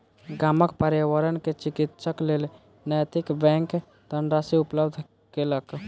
गामक पर्यावरण के विकासक लेल नैतिक बैंक धनराशि उपलब्ध केलक